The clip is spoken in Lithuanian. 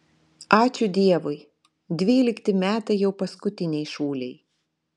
ačiū dievui dvylikti metai jau paskutiniai šūlėj